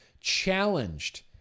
challenged